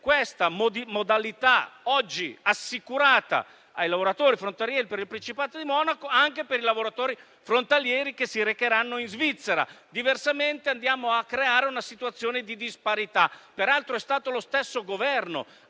questa possibilità, oggi assicurata ai lavoratori frontalieri del Principato di Monaco, anche ai lavoratori frontalieri che si recheranno in Svizzera; diversamente andremmo a creare una situazione di disparità. Peraltro, è stato lo stesso Governo